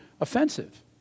offensive